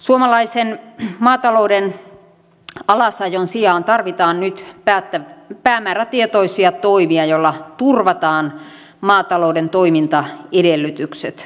suomalaisen maatalouden alasajon sijaan tarvitaan nyt päämäärätietoisia toimia joilla turvataan maatalouden toimintaedellytykset